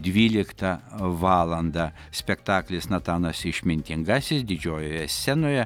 dvylktą valandą spektaklis natanas išmintingasis didžiojoje scenoje